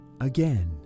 again